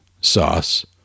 sauce